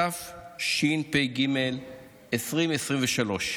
התשפ"ג 2023,